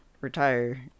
retire